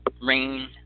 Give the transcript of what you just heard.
Rain